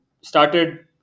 started